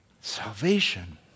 Salvation